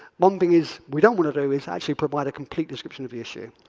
one thing is we don't want to do is actually provide a complete description of the issue.